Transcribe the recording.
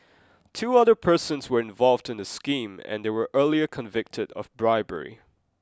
two other persons were involved in the scheme and they were earlier convicted of bribery